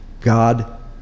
God